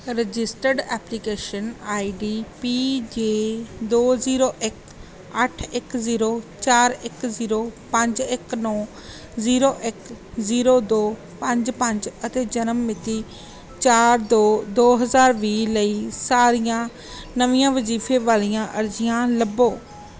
registered application I D P J ਦੋ zero ਇੱਕ ਅੱਠ ਇੱਕ ਜ਼ੀਰੋ ਚਾਰ ਇੱਕ ਜ਼ੀਰੋ ਪੰਜ ਇੱਕ ਨੌਂ ਜ਼ੀਰੋ ਇੱਕ ਜ਼ੀਰੋ ਦੋ ਪੰਜ ਪੰਜ ਅਤੇ ਜਨਮ ਮਿਤੀ ਚਾਰ ਦੋ ਦੋ ਹਜ਼ਾਰ ਵੀਹ ਲਈ ਸਾਰੀਆਂ ਨਵੀਆਂ ਵਜ਼ੀਫੇ ਵਾਲੀਆਂ ਅਰਜ਼ੀਆਂ ਲੱਭੋ